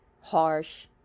harsh